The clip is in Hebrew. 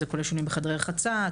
כולל שינויים בחדרי רצחה,